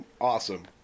Awesome